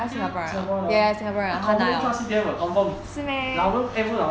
她 singaporean 了她 confirm 不会放 C_P_F 了 confirm 老人 eh 不是老人